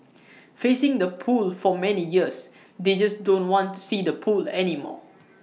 facing the pool for many years they just don't want to see the pool anymore